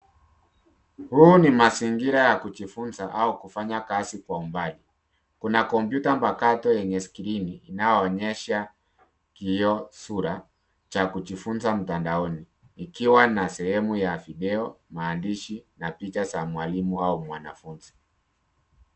Huu ni mazingira ya kujifunza au kufanya kazi kwa umbali. Kuna kompyuta mpakato yenye skrini inayoonyesha kioo sura cha kujifunza mtandaoni ikiwa na sehemu ya video , maandishi na picha za mwalimu au mwanafunzi.